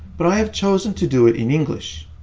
but i have chosen to do it in english.